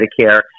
Medicare